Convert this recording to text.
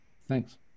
Thanks